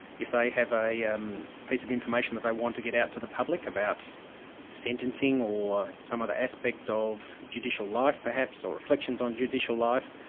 if they have a um piece of information that they want to get out to the public about sentencing or some other aspect ah of judicial life perhaps or reflections on judicial life,